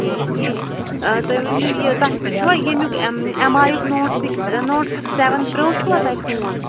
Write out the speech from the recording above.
ٹھیٖک ٹھیٖک تُہۍ ؤنۍ تَو یہِ تۄہہِ چھُوا ییٚمیُک ایٚم ایٚم آییُک note six note seven pro چھُوا تۄہہِ فون